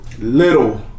little